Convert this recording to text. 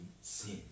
sin